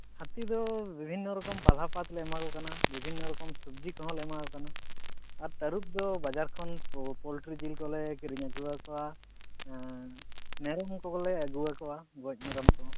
ᱦᱟᱹᱛᱤ ᱫᱚ ᱵᱤᱵᱷᱤᱱᱱᱚ ᱨᱚᱠᱚ ᱯᱟᱞᱦᱟ ᱯᱟᱛᱞᱮ ᱮᱢᱟ ᱠᱚ ᱠᱟᱱᱟ ᱵᱤᱵᱤᱱᱱᱚ ᱨᱚᱠᱚᱢ ᱥᱚᱵᱡᱤ ᱠᱚᱦᱚᱸᱞᱮ ᱮᱢᱟ ᱠᱚ ᱠᱟᱱᱟ ᱟᱨ ᱛᱟᱹᱨᱩᱯᱽ ᱫᱚ ᱵᱟᱡᱟᱨ ᱠᱷᱚᱱ ᱯᱳᱞᱴᱨᱤ ᱡᱤᱞ ᱠᱚᱞᱮ ᱠᱤᱨᱤᱧ ᱟᱹᱜᱩᱣᱟᱠᱚᱣᱟ ᱢᱮᱨᱚᱢ ᱡᱤᱞ ᱠᱚᱞᱮ ᱟᱜᱩᱣᱟᱠᱚᱣᱟ ᱜᱚᱡ ᱢᱮᱨᱚᱢ ᱠᱚ